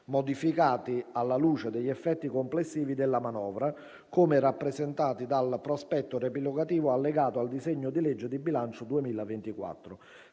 modificati alla luce degli effetti complessivi della manovra, come rappresentati dal prospetto riepilogativo allegato al disegno di legge di bilancio 2024.